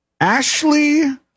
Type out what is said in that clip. Ashley